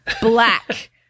Black